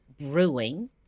Brewing